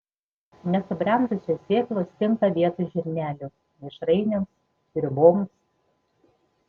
nesubrendusios sėklos tinka vietoj žirnelių mišrainėms sriuboms